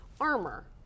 armor